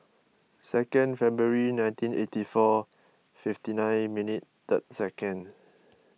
second February nineteen eighty four fifty nine minute third second